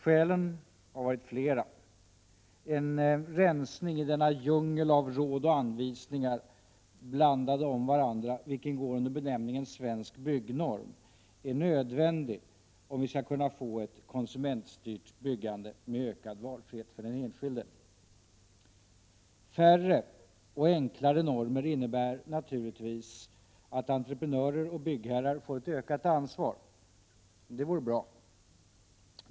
Skälen har varit flera. En rensning i denna djungel av råd och anvisningar, blandade om varandra, vilken går under benämningen Svensk Byggnorm, är nödvändig om vi skall kunna få ett konsumentstyrt byggande med ökad valfrihet för den enskilde. Färre och enklare normer innebär naturligtvis att entreprenörer och byggherrar får ett ökat ansvar. Det vore bra.